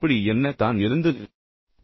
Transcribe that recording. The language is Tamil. அப்படி என்ன தான் இருந்தது